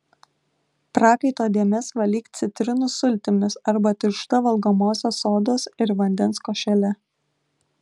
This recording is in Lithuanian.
prakaito dėmes valyk citrinų sultimis arba tiršta valgomosios sodos ir vandens košele